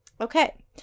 Okay